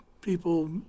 people